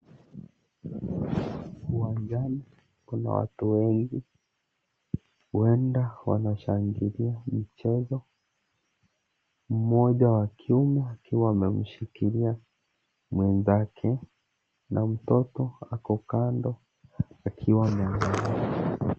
Uwanjani kuna watu wengi huenda wanashangilia michezo mmoja wa kiume akiwa amemshikilia mwenzake na mtoto ako kando akiwa na.